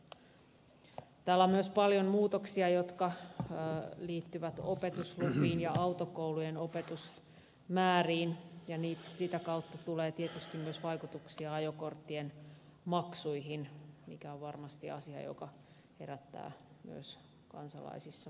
täällä on myös paljon muutoksia jotka liittyvät opetuslupiin ja autokoulujen opetusmääriin ja sitä kautta tulee tietysti myös vaikutuksia ajokorttien maksuihin mikä on varmasti asia joka herättää myös kansalaisissa paljon keskustelua